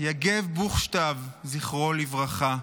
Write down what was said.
יגב בוכשטב זכרו לברכה,